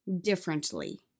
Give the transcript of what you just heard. differently